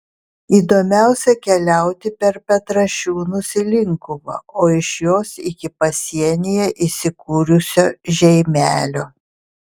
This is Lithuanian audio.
įdomiausia keliauti per petrašiūnus į linkuvą o iš jos iki pasienyje įsikūrusio žeimelio